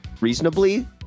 reasonably